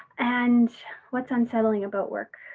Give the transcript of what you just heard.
and what's unsettling about work?